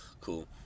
cool